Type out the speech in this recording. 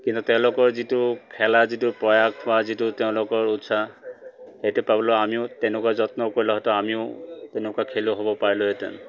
কিন্তু তেওঁলোকৰ যিটো খেলা যিটো প্ৰয়াস বা যিটো তেওঁলোকৰ উৎসাহ সেইটো পাবলৈ আমিও তেনেকুৱা যত্ন কৰিলে হয়তো আমিও তেনেকুৱা খেলুৱৈ হ'ব পাৰিলোঁহেঁতেন